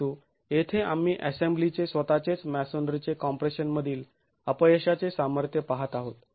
परंतु येथे आम्ही असेंबली चे स्वतःचेच मॅसोनरीचे कॉम्प्रेशन मधील अपयशाचे सामर्थ्य पाहत आहोत